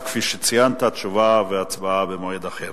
כפי שציינת, תשובה והצבעה במועד אחר.